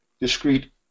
discrete